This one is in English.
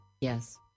Yes